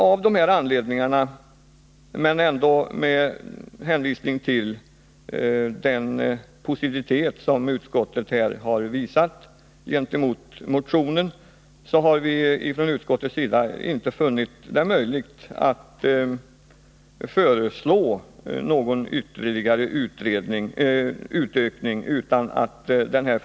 Av dessa anledningar har utskottet, trots sin positiva inställning till motionen, inte funnit det möjligt att tillstyrka förslaget om en utökning av antalet dövpräster.